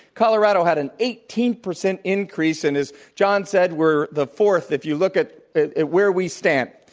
colorado had an eighteen percentincrease and as john said we're the fourth if you look at where we stand,